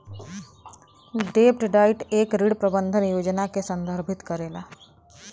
डेब्ट डाइट एक ऋण प्रबंधन योजना के संदर्भित करेला